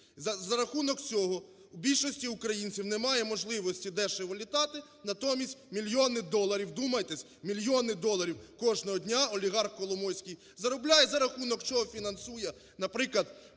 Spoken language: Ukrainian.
За рахунок цього у більшості українців немає можливості дешево літати, натомість мільйони доларів, вдумайтесь, мільйони доларів кожного дня олігарх Коломойський заробляє, за рахунок чого фінансує, наприклад,